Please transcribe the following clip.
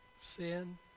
sin